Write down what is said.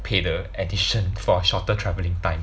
to pay the addition for shorter travelling time